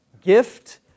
gift